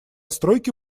стройки